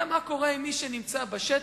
אלא מה קורה עם מי שנמצא בשטח.